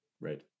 Right